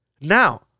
Now